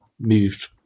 Moved